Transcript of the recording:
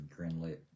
greenlit